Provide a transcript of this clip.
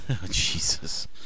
Jesus